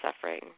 suffering